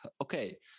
okay